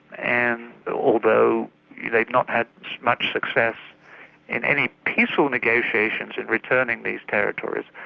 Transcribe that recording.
and although they've not had much success in any peaceful negotiations in returning these territories,